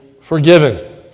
forgiven